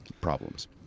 problems